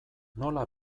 nola